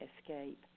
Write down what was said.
escape